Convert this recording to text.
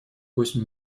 восемь